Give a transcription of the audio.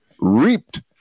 reaped